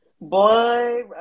Boy